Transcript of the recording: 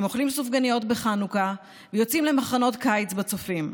הם אוכלים סופגניות בחנוכה ויוצאים למחנות קיץ בצופים.